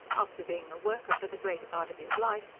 after being a worker for the greater part of his life,